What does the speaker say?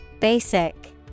Basic